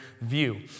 view